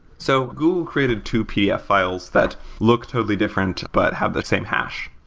so google created two pdf files that looked totally different, but have that same hash.